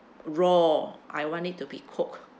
raw I want it to be cooked